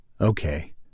Okay